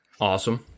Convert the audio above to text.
Awesome